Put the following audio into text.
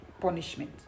punishment